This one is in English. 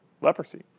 Leprosy